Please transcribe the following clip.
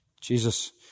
Jesus